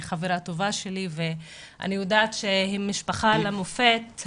היא חברה טובה שלי ואני יודעת שהם משפחה למופת.